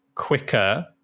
quicker